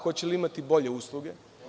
Hoće li imati bolje usluge?